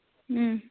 اۭں